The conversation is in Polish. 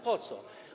Po co?